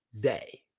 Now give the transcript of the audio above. day